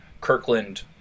Kirkland